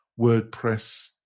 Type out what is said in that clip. WordPress